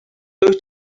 wyt